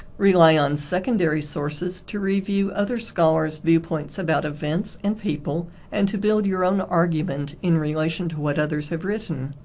rely on secondary sources to review other scholars' viewpoints about events and people and to build your own argument in relation to what others have written.